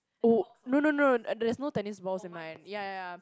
oh no no no there is no tennis ball in my ya ya ya